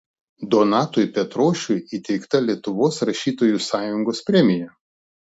donatui petrošiui įteikta lietuvos rašytojų sąjungos premija